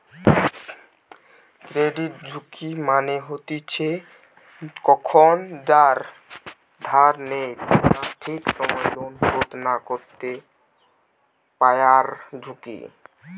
credit ঝুঁকি মানে হতিছে কখন যারা ধার নেই তারা ঠিক সময় লোন শোধ না করতে পায়ারঝুঁকি